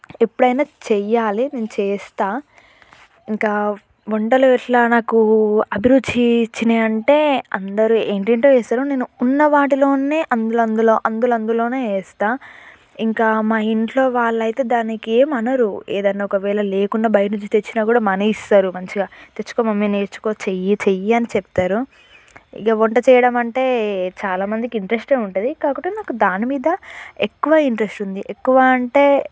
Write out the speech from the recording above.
ఎప్పుడైనా చెయ్యాలే నేను చేస్తాను ఇంకా వంటలు ఎట్లా నాకు అభిరుచి ఇచ్చినాయంటే అందరూ ఏంటేంటో చేస్తారు నేను ఉన్న వాటిలోనే అందుఅందులో అందుఅందులోనే చేస్తా ఇంకా మా ఇంట్లో వాళ్ళయితే దానికేం అనరు ఏదైనా ఒకవేళ లేకుండా బయట నుంచి తెచ్చినా కూడా మనీ ఇస్తారు మంచిగా తెచ్చుకో మమ్మీ నేర్చుకో చేయి చేయి అని చెప్తారు ఇక వంట చేయడం అంటే చాలామందికి ఇంట్రెస్టే ఉంటుంది కాకుంటే నాకు దాని మీద ఎక్కువ ఇంట్రెస్ట్ ఉంది ఎక్కువ అంటే